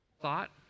thought